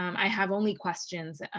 i have only questions.